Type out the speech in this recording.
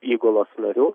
įgulos narių